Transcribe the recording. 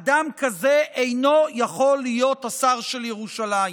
אדם כזה אינו יכול להיות השר של ירושלים.